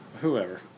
whoever